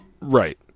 Right